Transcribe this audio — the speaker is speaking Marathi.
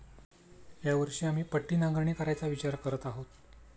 या वर्षी आम्ही पट्टी नांगरणी करायचा विचार करत आहोत